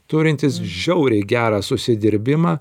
turintis žiauriai gerą susidirbimą